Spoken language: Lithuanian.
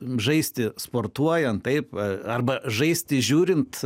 žaisti sportuojant taip arba žaisti žiūrint